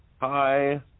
Hi